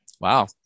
Wow